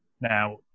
Now